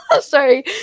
sorry